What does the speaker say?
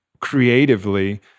creatively